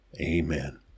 Amen